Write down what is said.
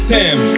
Sam